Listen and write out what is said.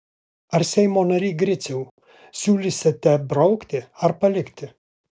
ar seimo nary griciau siūlysite braukti ar palikti